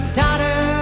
daughter